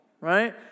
right